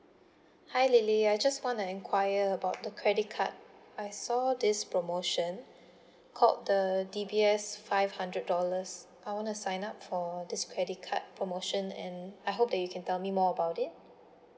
hi lily I just wanna inquire about the credit card I saw this promotion called the D_B_S five hundred dollars I wanna sign up for this credit card promotion and I hope that you can tell me more about it